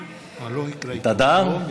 אתה גם?